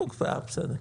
הוקפאה, בסדר.